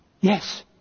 Yes